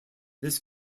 this